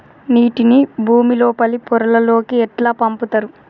నీటిని భుమి లోపలి పొరలలోకి ఎట్లా పంపుతరు?